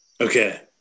Okay